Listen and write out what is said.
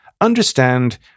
understand